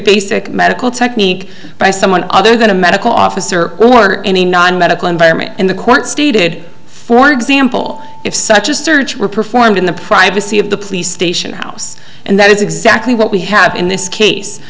basic medical technique by someone other than a medical officer who were any non medical environment in the court stated for example if such a search were performed in the privacy of the police station house and that is exactly what we have in this case